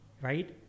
right